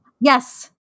Yes